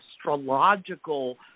astrological